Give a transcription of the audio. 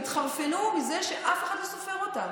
הם התחרפנו מזה שאף אחד לא סופר אותם.